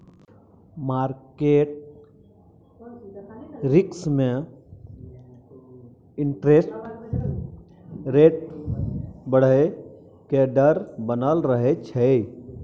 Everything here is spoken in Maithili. मार्केट रिस्क में इंटरेस्ट रेट बढ़इ के डर बनल रहइ छइ